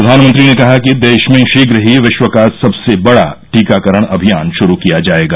प्रधानमंत्री ने कहा कि देश में शीघ्र ही विश्व का सबसे बड़ा टीकाकरण अभियान शुरू किया जायेगा